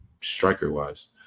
striker-wise